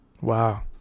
wow